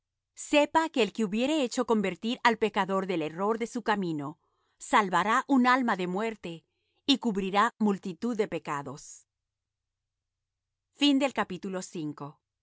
sepa que el que hubiere hecho convertir al pecador del error de su camino salvará un alma de muerte y cubrirá multitud de pecados